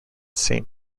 saint